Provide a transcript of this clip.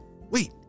Wait